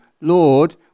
Lord